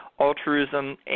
altruism